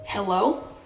Hello